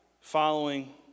following